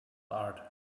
art